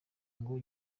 ngo